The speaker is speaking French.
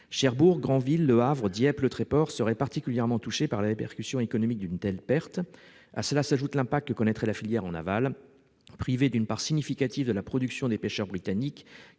Cherbourg, Granville, Le Havre, Dieppe, Le Tréport seraient particulièrement touchés par les répercussions économiques d'une telle perte. À cela, s'ajoute l'impact que connaîtrait la filière en aval, privée d'une part significative de la production des pêcheurs britanniques,